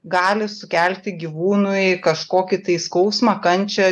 gali sukelti gyvūnui kažkokį tai skausmą kančią